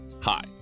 Hi